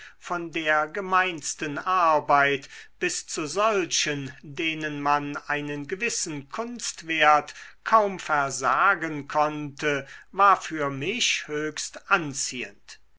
von der gemeinsten arbeit bis zu solchen denen man einen gewissen kunstwert kaum versagen konnte war für mich höchst anziehend